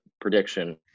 prediction